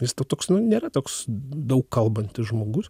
jis to toks nu nėra toks daug kalbantis žmogus